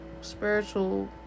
spiritual